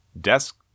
desk